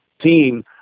team